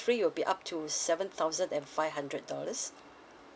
three will be up to seven thousand and five hundred dollars